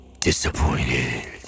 Disappointed